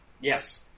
Yes